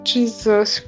Jesus